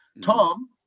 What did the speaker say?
Tom